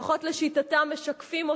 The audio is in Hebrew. לפחות לשיטתם, משקפות אותה.